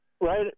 right